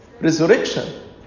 resurrection